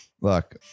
Look